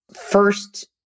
first